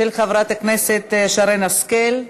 של חברת הכנסת שרן השכל,